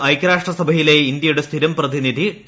N ഐക്യരാഷ്ട്രസഭയിലെ ഇന്ത്യയുടെ സ്ഥിരം പ്രതിനിധി ടി